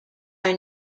are